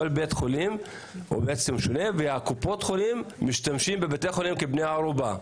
כל בית חולים הוא שונה וקופות החולים משתמשות בבתי החולים כבני ערובה.